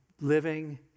living